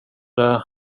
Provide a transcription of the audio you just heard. det